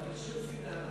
אין שום שנאה.